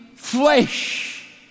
flesh